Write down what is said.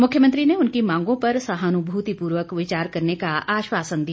मुख्यमंत्री ने उनकी मांगों पर सहानुभूतिपूर्वक विचार करने का आश्वासन दिया